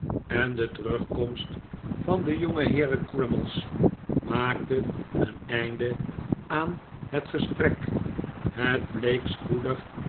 en de terugkomst van de jongeheeren crummies maakte een einde aan het gesprek het bleek spoedig